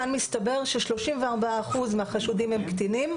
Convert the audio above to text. כאן מסתבר ש- 34 אחוז מהחשודים הם קטינים,